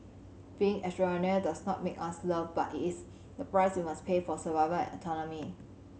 being extraordinary does not make us loved but it is the price we must pay for survival and autonomy